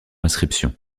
inscription